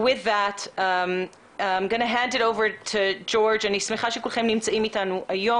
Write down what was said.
אני שמחה שכולכם נמצאים אתנו היום.